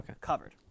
covered